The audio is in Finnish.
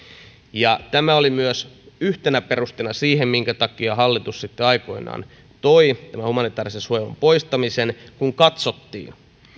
tämä oli myös yhtenä perusteena sille minkä takia hallitus sitten aikoinaan toi tämän humanitäärisen suojelun poistamisen kun katsottiin